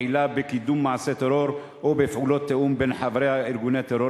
הפעילה בקידום מעשי טרור ובפעולות תיאום בין חברי ארגוני טרור.